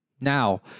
Now